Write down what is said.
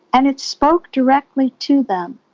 and it spoke directly to them.